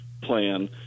plan